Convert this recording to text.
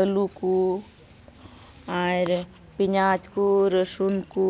ᱟᱹᱞᱩ ᱠᱚ ᱟᱨ ᱯᱮᱸᱭᱟᱡᱽ ᱠᱚ ᱨᱟᱹᱥᱩᱱ ᱠᱚ